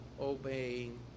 obeying